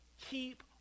keep